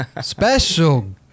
special